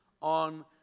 on